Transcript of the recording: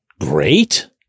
great